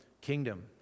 kingdom